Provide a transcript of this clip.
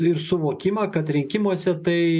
ir suvokimą kad rinkimuose tai